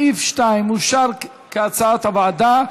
סעיף 2 אושר, כהצעת הוועדה.